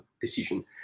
decision